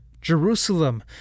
Jerusalem